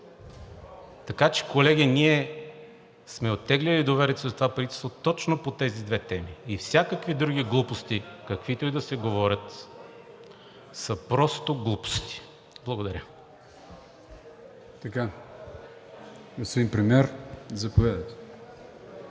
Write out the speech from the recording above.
Така че, колеги, ние сме оттеглили доверието си от това правителство точно по тези две теми, а всякакви други глупости, каквито и да се говорят, са просто глупости. Благодаря. ПРЕДСЕДАТЕЛ АТАНАС